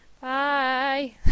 Bye